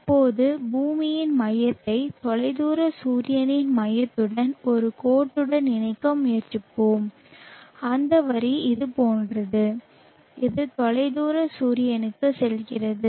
இப்போது பூமியின் மையத்தை தொலைதூர சூரியனின் மையத்துடன் ஒரு கோடுடன் இணைக்க முயற்சிப்போம் அந்த வரி இது போன்றது அது தொலைதூர சூரியனுக்கு செல்கிறது